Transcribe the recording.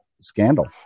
scandal